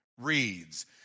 reads